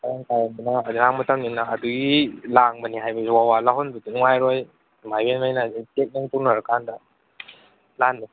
ꯏꯔꯥꯡ ꯃꯇꯝꯅꯤꯅ ꯍꯥꯏꯕꯒꯤ ꯂꯥꯡꯕꯅꯤ ꯍꯥꯏꯕꯗꯣ ꯋꯥꯋꯥ ꯂꯥꯎꯍꯟꯕꯗꯣ ꯅꯨꯡꯉꯥꯏꯔꯣꯏ ꯏꯃꯥ ꯏꯕꯦꯟꯉꯩꯅ ꯁꯤꯗ ꯊꯦꯡ ꯊꯦꯡ ꯇꯨꯝꯅꯔ ꯀꯥꯟꯗ ꯂꯥꯟꯁꯦ